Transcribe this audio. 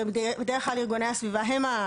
בדרך כלל ארגוני הסביבה הם אלה